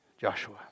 Joshua